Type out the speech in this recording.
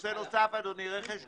נושא נוסף, אדוני, רכש גומלין.